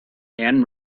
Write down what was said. anne